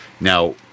Now